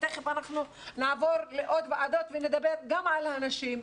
ותיכף אנחנו נעבור לעוד ועדות ונדבר גם על הנשים,